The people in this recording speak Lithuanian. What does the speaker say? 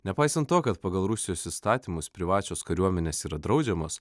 nepaisant to kad pagal rusijos įstatymus privačios kariuomenės yra draudžiamos